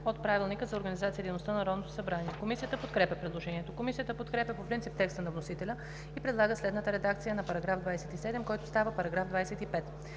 събрание. Комисията подкрепя предложението. Комисията подкрепя по принцип текста на вносителя и предлага следната редакция на § 27, който става § 25: „§ 25.